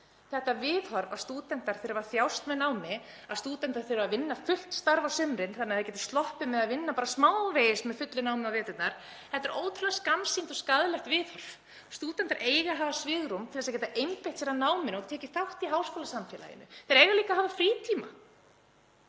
Þetta viðhorf, að stúdentar þurfi að þjást með námi, að stúdentar þurfi að vinna fullt starf á sumrin þannig að þau geti sloppið með að vinna bara smávegis með fullu námi á veturna, er ótrúlega skammsýnt og skaðlegt viðhorf. Stúdentar eiga að hafa svigrúm til þess að geta einbeitt sér að náminu og tekið þátt í háskólasamfélaginu. Þeir eiga líka að hafa frítíma.